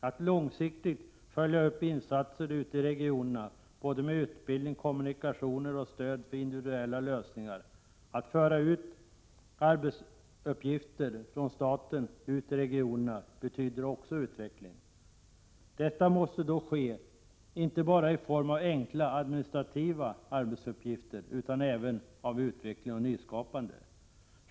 Att långsiktigt följa upp insatser ute i regionerna med utbildning, kommunikationer och stöd för individuella lösningar, att föra ut arbetsuppgifter från staten ut i regionerna, betyder också utveckling. Detta måste då ske inte bara i form av enkla administrativa arbetsuppgifter utan gälla även utveckling och nyskapande.